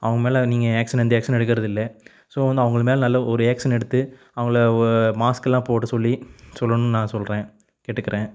அவங்க மேலே நீங்கள் ஆக்சன் எந்த ஆக்சனும் எடுக்குறது இல்லை ஸோ வந்து அவங்கள் மேலே நல்ல ஒரு ஆக்சன் எடுத்து அவங்கள மாஸ்க்லாம் போட சொல்லி சொல்லணும்னு நான் சொல்கிறேன் கேட்டுக்கிறேன்